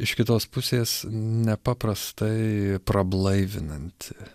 iš kitos pusės nepaprastai prablaivinanti